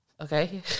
Okay